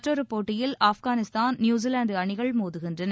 மற்றொரு போட்டியில் ஆப்காளிஸ்தான் நியூசிவாந்து அணிகள் மோதுகின்றன